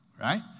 right